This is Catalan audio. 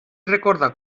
recordar